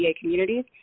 communities